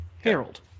Harold